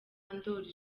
ndoli